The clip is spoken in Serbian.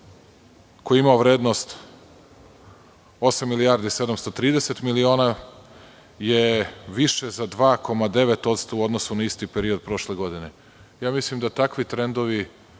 koji ima vrednost osam milijardi 730 miliona je više za 2,9% u odnosu na isti period prošle godine. Mislim da takvi trendovi